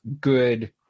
good